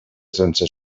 sense